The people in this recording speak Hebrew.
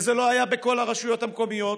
וזה לא היה בכל הרשויות המקומיות.